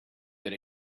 that